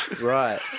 Right